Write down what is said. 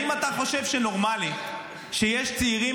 האם אתה חושב שזה נורמלי שיש צעירים